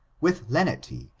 with lenity,